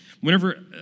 Whenever